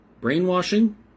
Brainwashing